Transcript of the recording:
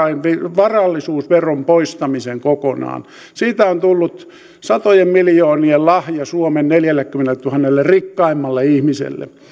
varallisuusveron poistamisen kokonaan siitä on tullut satojen miljoonien lahja suomen neljällekymmenelletuhannelle rikkaimmalle ihmiselle